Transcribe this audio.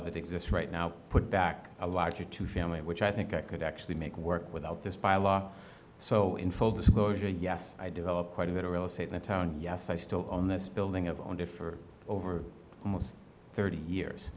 that exist right now put back a larger two family which i think i could actually make work without this byelaw so in full disclosure yes i developed quite a bit of real estate in the town yes i still own this building of on to for over thirty years